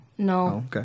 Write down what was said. No